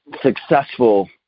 successful